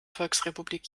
volksrepublik